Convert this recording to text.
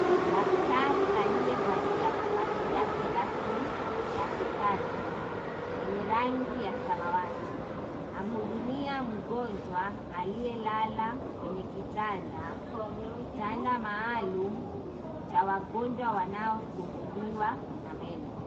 Daktari aliyevalia mavazi yake rasmi ya kikazi yenye rangi ya samawati, amehudumia mgonjwa aliyelala kwenye kitanda maalum cha wagonjwa wanaosumbuliwa na meno.